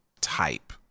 type